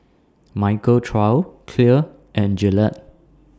Michael Trio Clear and Gillette